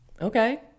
Okay